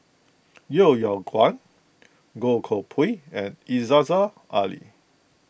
Yeo Yeow Kwang Goh Koh Pui and Aziza Ali